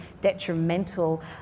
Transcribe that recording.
detrimental